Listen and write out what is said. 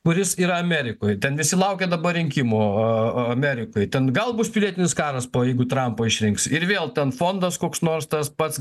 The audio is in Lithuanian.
kuris yra amerikoj ten visi laukia dabar rinkimų amerikoj ten gal bus pilietinis karas po jeigu trampo išrinks ir vėl ten fondas koks nors tas pats